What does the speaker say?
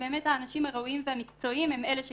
שהאנשים הראויים והמקצועיים הם אלה שימונו,